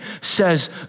says